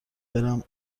برم